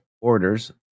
orders